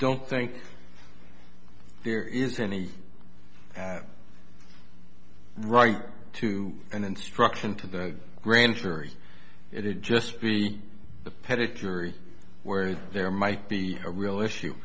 don't think there is any right to an instruction to the grand jury it'd just be the pit jury where there might be a real issue